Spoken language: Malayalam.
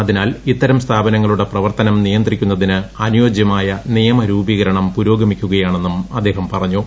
അതിനാൽ ഇത്തരം സ്ഥാപനങ്ങളുടെ പ്രവർത്തനം നിയന്ത്രിക്കു ന്നതിന് അനുയോജ്യമായ നിയമ രൂപീകരണം പുരോഗമിക്കുക യാണെന്നും അദ്ദേഹം പറഞ്ഞു